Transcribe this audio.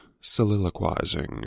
soliloquizing